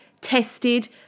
tested